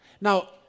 Now